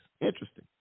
interesting